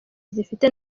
zifite